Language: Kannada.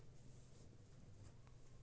ಹತ್ತಿ ಬೆಳಿಗ ಎಷ್ಟ ಮಳಿ ಬೇಕ್ ರಿ?